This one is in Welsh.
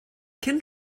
cyn